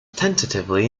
tentatively